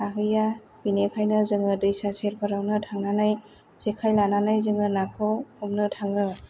हाहैया बिनिखायनो जोङो दैसा सेरफोरावनो थांनानै जेखाइ लानानै जोङो नाखौ हमनो थाङो